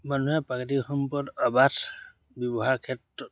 মানুহে প্ৰাকৃতিক সম্পদ অবাধ ব্যৱহাৰ ক্ষেত্ৰত